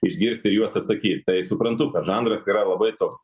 išgirst ir juos atsakyt tai suprantu kad žanras yra labai toks